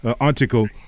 article